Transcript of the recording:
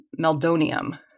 meldonium